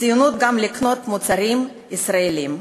ציונות היא גם קניית מוצרים ישראליים.